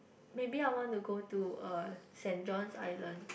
maybe I want to go to uh Saint-John's Island